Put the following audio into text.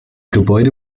gebäude